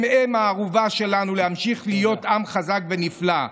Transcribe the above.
הם הערובה שלנו להמשיך להיות עם חזק ונפלא.